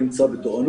ומי שנמצא בתורנות,